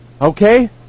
Okay